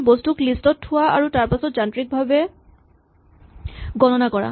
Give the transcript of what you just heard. তুমি বস্তুক লিষ্ট ত থোৱা আৰু তাৰপাছত যান্ত্ৰিকভাৱে গণনা কৰা